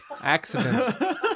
Accident